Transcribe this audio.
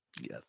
Yes